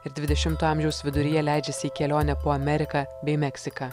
ir dvidešimto amžiaus viduryje leidžiasi į kelionę po ameriką bei meksiką